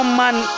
man